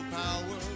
power